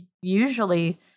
usually